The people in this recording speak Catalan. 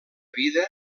vida